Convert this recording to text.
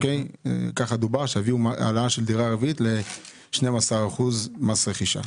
כך דובר שיביאו את העלאה של דירה רביעית ל-12 אחוזים מס רכישה.